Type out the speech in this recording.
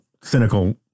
cynical